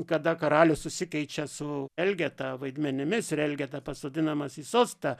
kada karalius susikeičia su elgeta vaidmenimis ir elgeta pasodinamas į sostą